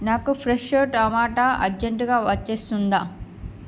నాకు ఫ్రెషో టమాటా అర్జెంటుగా వచ్చేస్తుందా